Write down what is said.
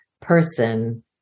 person